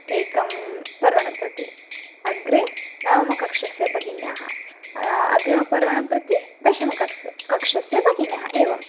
एकं पर्वणं प्रति अग्रे नवमकक्ष्यायाः भगिन्याः अग्रिमपर्वणं प्रति दशमकक्ष्यायाः कक्षस्य भगिन्याः एवं